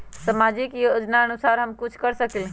सामाजिक योजनानुसार हम कुछ कर सकील?